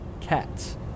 Cats